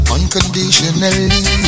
Unconditionally